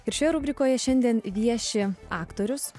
ir šioje rubrikoje šiandien vieši aktorius